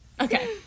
Okay